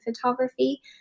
photography